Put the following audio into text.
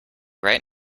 right